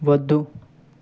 వద్దు